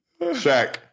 Shaq